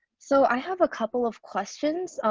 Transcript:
so i have a couple of questions.